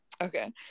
Okay